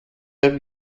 der